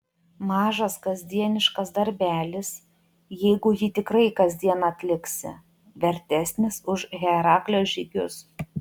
mažas kasdieniškas darbelis jeigu jį tikrai kasdien atliksi vertesnis už heraklio žygius